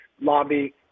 lobby